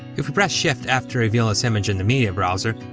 if we press shift f to reveal this image in the media browser,